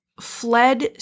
fled